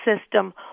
system